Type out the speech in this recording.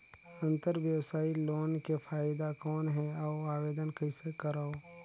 अंतरव्यवसायी लोन के फाइदा कौन हे? अउ आवेदन कइसे करव?